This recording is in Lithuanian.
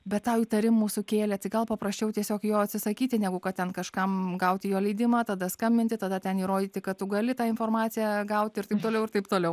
bet tau įtarimų sukėlė tik gal paprasčiau tiesiog jo atsisakyti negu kad ten kažkam gauti jo leidimą tada skambinti tada ten įrodyti kad tu gali tą informaciją gauti ir taip toliau ir taip toliau